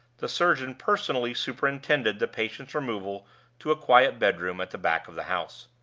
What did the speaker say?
the surgeon personally superintended the patient's removal to a quiet bedroom at the back of the house.